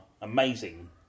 amazing